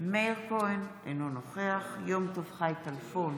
מאיר כהן, אינו נוכח יום טוב חי כלפון,